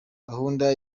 gahunda